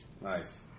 Nice